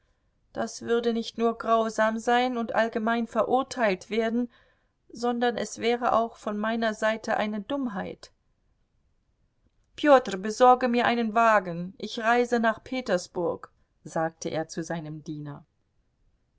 das würde nicht nur grausam sein und allgemein verurteilt werden sondern es wäre auch von meiner seite eine dummheit peter besorge mir einen wagen ich reise nach petersburg sagte er zu seinem diener